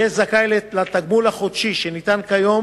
יהיה זכאי לתגמול החודשי שניתן כיום